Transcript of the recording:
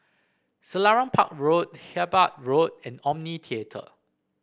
Selarang Park Road Hyderabad Road and Omni Theatre